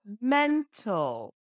mental